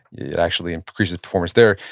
it actually increases performance there.